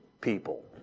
people